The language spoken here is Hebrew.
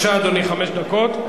טיבייב, חמש דקות.